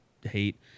hate